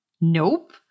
Nope